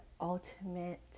ultimate